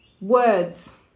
words